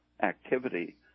Activity